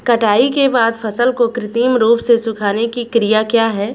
कटाई के बाद फसल को कृत्रिम रूप से सुखाने की क्रिया क्या है?